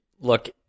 look